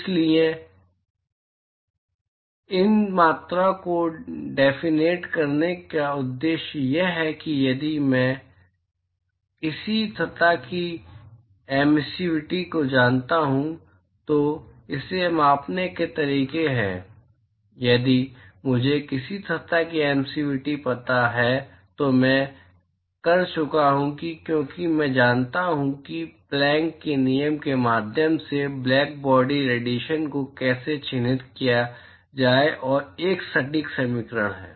इसलिए इन मात्राओं को डेफिनेट करने का उद्देश्य यह है कि यदि मैं किसी सतह की एमिसिविटी को जानता हूं तो इसे मापने के तरीके हैं यदि मुझे किसी सतह की एमिसिविटी पता है तो मैं कर चुका हूं क्योंकि मैं जानता हूं कि प्लैंक के नियम के माध्यम से ब्लैकबॉडी रेडिएशन को कैसे चिह्नित किया जाए जो एक सटीक समीकरण है